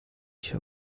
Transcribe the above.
się